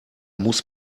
muss